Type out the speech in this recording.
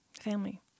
family